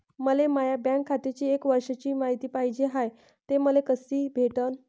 मले माया बँक खात्याची एक वर्षाची मायती पाहिजे हाय, ते मले कसी भेटनं?